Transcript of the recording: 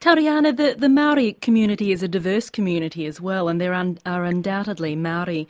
tariana, the the maori community is a diverse community as well and there and are undoubtedly maori